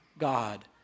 God